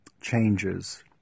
changes